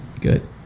good